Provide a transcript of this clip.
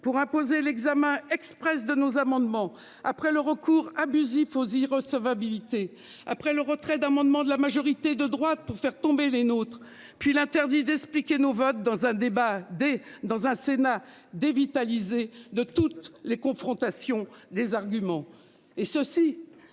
pour imposer l'examen Express de nos amendements. Après le recours abusif aux irrecevabilité après le retrait d'amendements de la majorité de droite pour faire tomber les nôtres puis l'interdit d'expliquer nos votes dans un débat des dans un sénat dévitaliser de toutes les confrontations des arguments